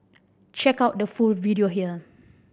check out the full video here